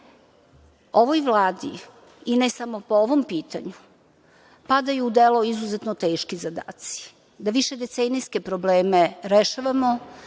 Vladi i ne samo po ovom pitanju padaju u delo izuzetno teški zadaci, da višedecenijske probleme rešavamo,